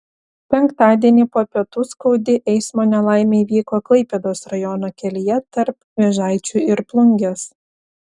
penktadienį po pietų skaudi eismo nelaimė įvyko klaipėdos rajono kelyje tarp vėžaičių ir plungės